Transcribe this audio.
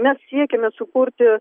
mes siekiame sukurti